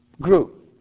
grew